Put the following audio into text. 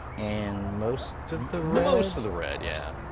and most of the red. most of the red, yeah.